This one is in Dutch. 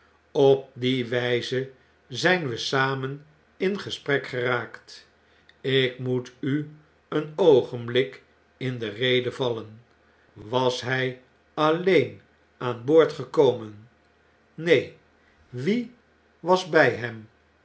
op die wyze zijn we samen in gesprek geraakt ik moet u een oogenblik in de rede vallen was hy alleen aan boord gekomen neen wie was by hem